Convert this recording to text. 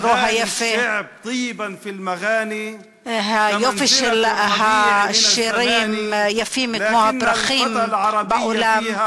בשירו היפה: היופי של השירים יפה כמו הפרחים בעולם,